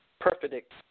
Perfect